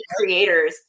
creators